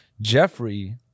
Jeffrey